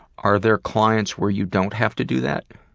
are there clients where you don't have to do that?